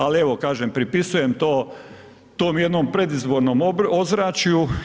Ali evo kažem pripisujem to tom jednom predizbornoj ozračju.